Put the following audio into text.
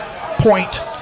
point